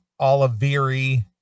Oliveri